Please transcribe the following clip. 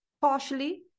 partially